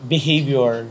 Behavior